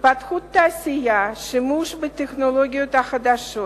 התפתחות התעשייה ושימוש בטכנולוגיות חדשות